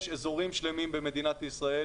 יש אזורים שלמים במדינת ישראל